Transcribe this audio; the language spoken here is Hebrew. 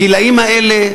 הגילים האלה,